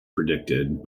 predicted